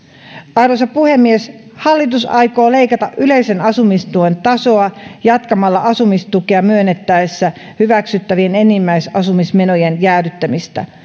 arvoisa puhemies hallitus aikoo leikata yleisen asumistuen tasoa jatkamalla asumistukea myönnettäessä hyväksyttävien enimmäisasumismenojen jäädyttämistä